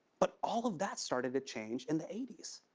but all of that started to change in the eighty s.